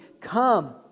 come